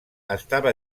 estava